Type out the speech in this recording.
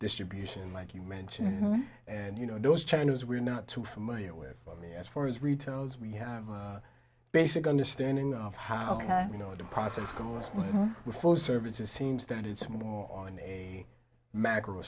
distribution like you mentioned and you know those changes we're not too familiar with me as far as retail as we have a basic understanding of how you know the process goes with more before services seems that it's more on a macro